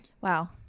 Wow